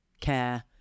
care